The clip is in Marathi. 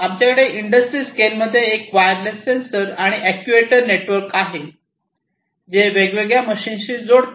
आमच्याकडे इंडस्ट्री स्केलमध्ये एक वायरलेस सेन्सर आणि अॅक्ट्युएटर नेटवर्क आहे जे वेगवेगळ्या मशीनशी जोडते